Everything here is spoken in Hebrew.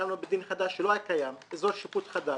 הקמנו בית דין חדש שלא היה קיים, אזור שיפוט חדש,